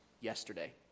yesterday